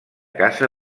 casa